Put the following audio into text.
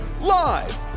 live